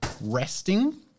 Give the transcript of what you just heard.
resting